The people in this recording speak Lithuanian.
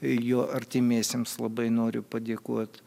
jo artimiesiems labai noriu padėkot